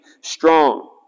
strong